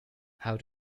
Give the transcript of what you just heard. how